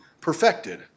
perfected